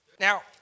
Now